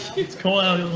it's cold out